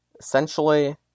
Essentially